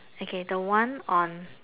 okay the one on